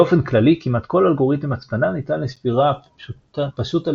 באופן כללי כמעט כל אלגוריתם הצפנה ניתן לשבירה פשוט על